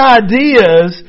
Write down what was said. ideas